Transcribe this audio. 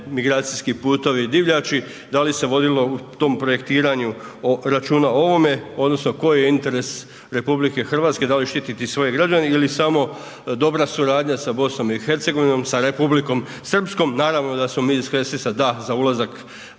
migracijski putovi divljači, da li se vodilo u tom projektiranju o, računa o ovome, odnosno koji je interes RH, da li štititi svoje građane ili samo dobra suradnja sa BiH, sa Republikom Srpskom, naravno da smo mi iz HSS-a da za ulazak